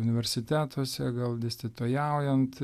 universitetuose gal dėstytojaujant